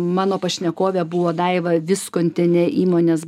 mano pašnekovė buvo daiva viskontienė įmonės